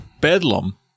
Bedlam